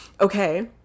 Okay